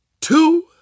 two